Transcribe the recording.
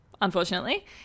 unfortunately